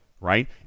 right